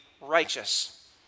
righteous